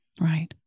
Right